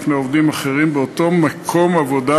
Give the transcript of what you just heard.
בפני עובדים אחרים באותו מקום עבודה,